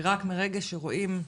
כי רק ברגע שרואים משהו,